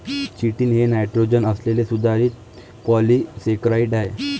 chitin हे nitrogen असलेले सुधारित पॉलिसेकेराइड आहे